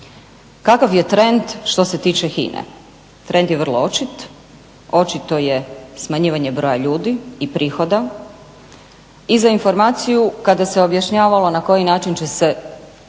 Kakav je trend što se tiče HINA-e? Trend je vrlo očit, očito je smanjivanje broja ljudi i prihoda i za informaciju, kada se objašnjavalo na koji način će se